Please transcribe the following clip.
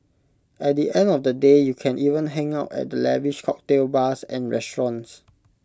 at the end of the day you can even hang out at the lavish cocktail bars and restaurants